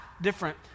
different